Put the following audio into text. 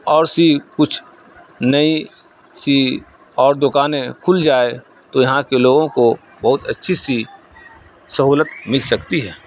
اور سی کچھ نئی سی اور دکانیں کھل جائے تو یہاں کے لوگوں کو بہت اچّھی سی سہولت مل سکتی ہے